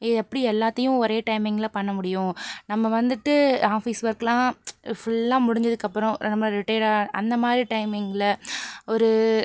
ஏ எப்படி எல்லாத்தையும் ஒரே டைமிங்கில் பண்ண முடியும் நம்ம வந்துட்டு ஆஃபீஸ் ஒர்கெலாம் ஃபுல்லாக முடிஞ்சுதுக்கு அப்புறம் நம்ம ரிட்டையராக அந்த மாதிரி டைமிங்கில் ஒரு